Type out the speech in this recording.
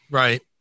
right